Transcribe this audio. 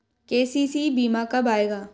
KCC बीमा कब आएगा?